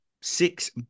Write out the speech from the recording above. six